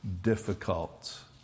difficult